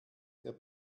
der